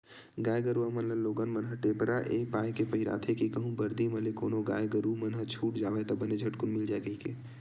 गाय गरुवा मन ल लोगन मन ह टेपरा ऐ पाय के पहिराथे के कहूँ बरदी म ले कोनो गाय गरु मन ह छूट जावय ता बने झटकून मिल जाय कहिके